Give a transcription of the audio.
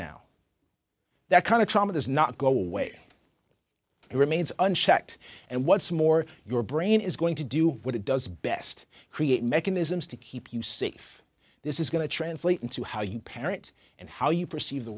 now that kind of trauma does not go away it remains unchecked and what's more your brain is going to do what it does best create mechanisms to keep you safe this is going to translate into how you parent and how you perceive the